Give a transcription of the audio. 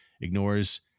ignores